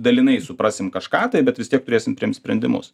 dalinai suprasim kažką tai bet vis tiek turėsim priimt sprendimus